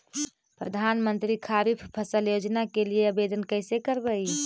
प्रधानमंत्री खारिफ फ़सल योजना के लिए आवेदन कैसे करबइ?